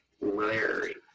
Larry